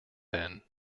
then